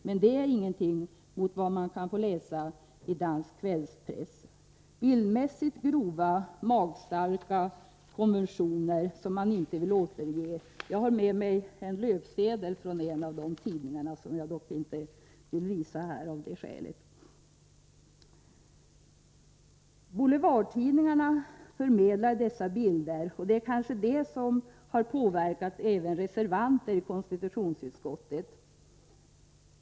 Men det är ingenting mot vad man kan få läsa i dansk kvällspress — bildmässigt grova och | magstarka konvulsioner som man inte vill återge. Jag har med mig en löpsedel från en av dessa tidningar som jag av det skälet dock inte vill visa här. Boulevardtidningarna förmedlar dessa bilder, och det är kanske det som har påverkat även reservanter i konstitutionsutskottet.